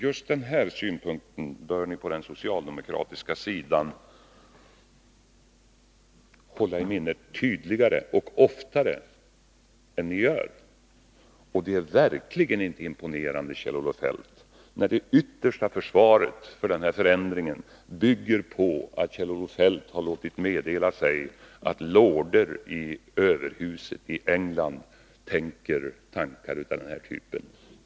Just den synpunkten bör ni på den socialdemokratiska sidan hålla tydligare och oftare i minnet än ni gör. Det är verkligen inte imponerande, Kjell-Olof Feldt, när det yttersta försvaret för förändringen bygger på att Kjell-Olof Feldt har låtit meddela sig att lorder i överhuset i England har tankar i samma riktning.